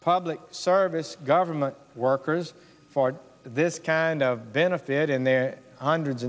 public service government workers for this can of benefit in their hundreds